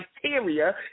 criteria